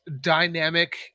dynamic